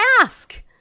ask